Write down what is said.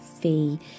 Fee